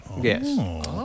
Yes